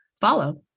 follow